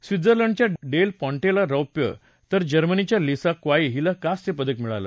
स्वीत्झरलँडच्या Del पॉंटेला रौप्य तर जर्मनीच्या लीसा क्वाई हिला कास्य पदक मिळालं